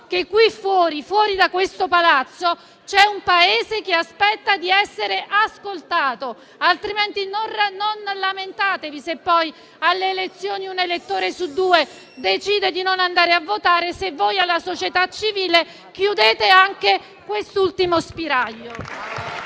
che qui fuori, fuori da questo Palazzo, c'è un Paese che aspetta di essere ascoltato. Altrimenti non lamentatevi se poi alle elezioni un elettore su due decide di non andare a votare, se voi alla società civile chiudete anche quest'ultimo spiraglio.